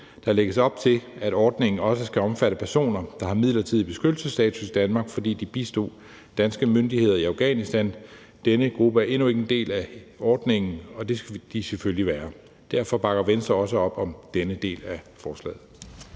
Der lægges op til, at ordningen også skal omfatte personer, der har midlertidig beskyttelsesstatus i Danmark, fordi de bistod danske myndigheder i Afghanistan. Denne gruppe er endnu ikke en del af ordningen, og det skal de selvfølgelig være. Derfor bakker Venstre også op om denne del af forslaget.